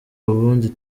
ubundi